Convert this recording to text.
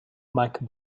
mike